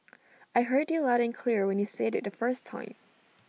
I heard you loud and clear when you said IT the first time